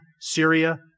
Syria